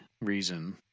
reason